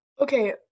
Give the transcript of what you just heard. Okay